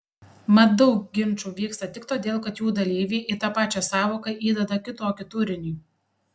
mat daug ginčų vyksta tik todėl kad jų dalyviai į tą pačią sąvoką įdeda kitokį turinį